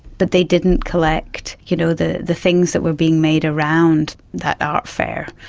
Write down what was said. but they didn't collect you know the the things that were being made around that art fair,